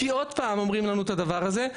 כי עוד פעם אומרים לנו את הדבר הזה.